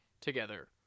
together